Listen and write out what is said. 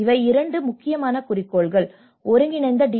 இவை இரண்டு முக்கியமான குறிக்கோள்கள் ஒருங்கிணைந்த டி